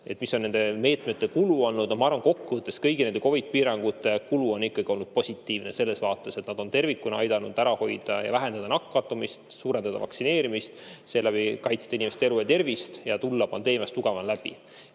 mis on nende meetmete kulu olnud. Ma arvan, et kokku võttes on kõigi nende COVID‑piirangute kulu olnud ikkagi positiivne selles vaates, et nad on tervikuna aidanud ära hoida ja vähendada nakatumist, suurendada vaktsineerimisega hõlmatust, seeläbi kaitsta inimeste elu ja tervist ning tulla pandeemiast tugevamana läbi.